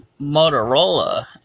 Motorola